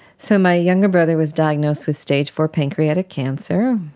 so my younger brother was diagnosed with stage four pancreatic cancer,